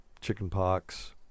chickenpox